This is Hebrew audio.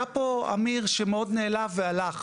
היה פה עמיר שמאוד נעלב והלך.